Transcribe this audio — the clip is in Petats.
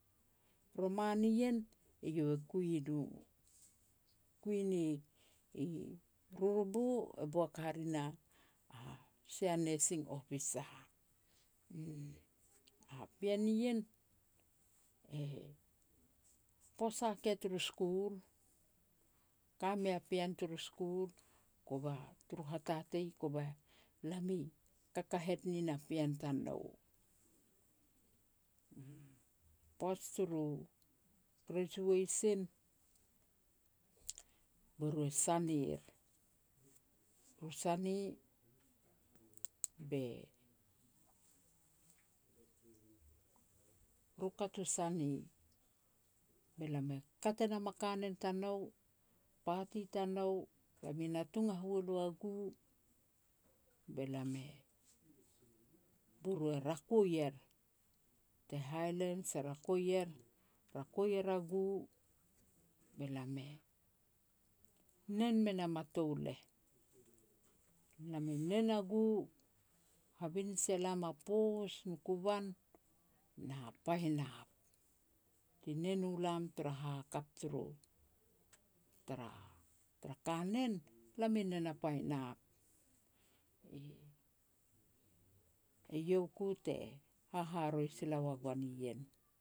Roman ien, eiau e kui no, kui ni i Ruruvu, e boak hare na a sia Nursing Officer, uum. A pean nien, e posa keh turu school, ka mei a pean turu school, kova turu hatatei, kova lam i kakahet nin a pean tanou, uum. Poaj turu graduation, be ru e sanir, ru sani be, ru kat u sani, be lam e kat e nam a kanen tanou, party tanou, lam i natung a hualu a gu, be lam e, be ru e rako er. Tei Highlands e rako er, rako er a gu, be lam e nen me nam a touleh. Lam i nen a gu, habinij ia lam a poos nu kuban, na painap, ti nen u lam tara hahakap turu, tara-tara kanen, lam i nen a painap. Eiau ku te haharoi sila ua goan ien.